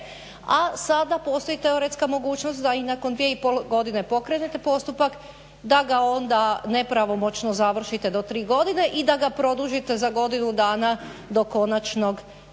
a sada postoji teoretska mogućnost da i nakon dvije i pol godine pokrenete postupak, da ga onda nepravomoćno završite do tri godine i da ga produžite za godinu dana do konačne dakle